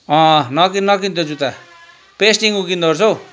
अँ नकिन नकिन त्यो जुत्ता पेस्टिङ उकिँदो रहेछ हौ